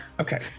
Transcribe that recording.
Okay